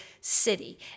city